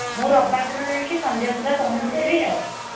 ମୁଁ ରବିବାର୍ ଦିନ ଯାଇଁକି ସଂନ୍ଧ୍ୟା ସୁଦ୍ଧା ପହଁଞ୍ଚିଯିବି ଆଉ